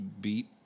Beat